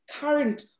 current